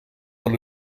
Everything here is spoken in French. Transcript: dans